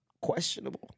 questionable